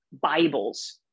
Bibles